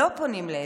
לא פונים לעזרה.